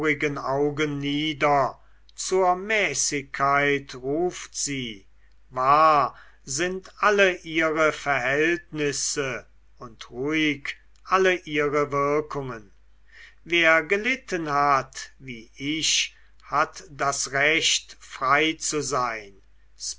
augen nieder zur mäßigkeit ruft sie wahr sind alle ihre verhältnisse und ruhig alle ihre wirkungen wer gelitten hat wie ich hat das recht frei zu sein